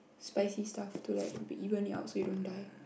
spicy stuff to like even it put so you don't die